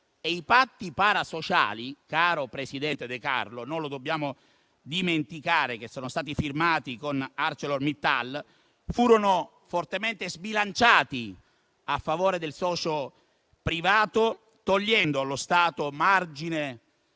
rilancio industriale. Caro presidente De Carlo, non dobbiamo dimenticare che i patti parasociali firmati con ArcelorMittal furono fortemente sbilanciati a favore del socio privato, togliendo allo Stato margine